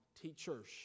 teachers